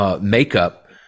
makeup